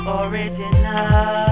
original